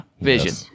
Vision